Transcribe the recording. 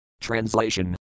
Translation